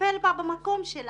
תטפל באישה במקום.